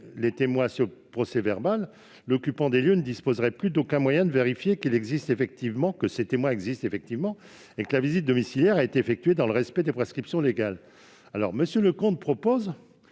les témoins dans le procès-verbal, l'occupant des lieux ne disposerait plus d'aucun moyen de vérifier que ces témoins existent effectivement et que la visite domiciliaire a été effectuée dans le respect des prescriptions légales. M. Leconte propose